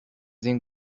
این